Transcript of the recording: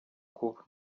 kuba